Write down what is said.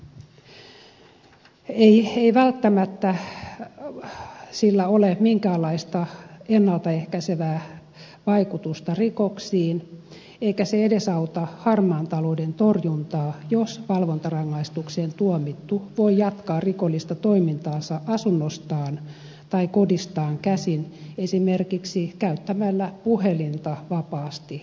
sillä ei välttämättä ole minkäänlaista ennalta ehkäisevää vaikutusta rikoksiin eikä se edesauta harmaan talouden torjuntaa jos valvontarangaistukseen tuomittu voi jatkaa rikollista toimintaansa asunnostaan tai kodistaan käsin esimerkiksi käyttämällä puhelinta vapaasti hyväkseen